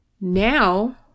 now